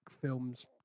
films